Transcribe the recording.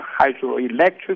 hydroelectric